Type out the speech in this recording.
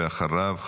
ואחריו,